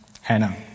Hannah